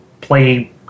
play